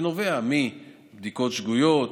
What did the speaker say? שנובע מבדיקות שגויות,